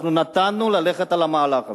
נתנו ללכת על המהלך הזה.